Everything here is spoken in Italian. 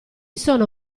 sono